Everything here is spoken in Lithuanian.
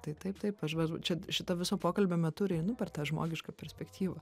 tai taip taip aš va čia šito viso pokalbio metu ir einu per tą žmogišką perspektyvą